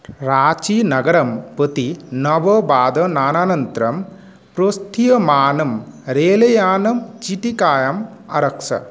रांचि नगरं प्रति नववादनानन्तरं प्रस्थीयमानं रेैल् यानं चीटिकायाम् आरक्ष